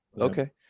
okay